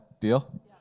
Deal